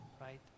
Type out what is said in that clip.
right